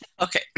Okay